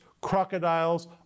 crocodiles